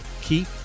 keep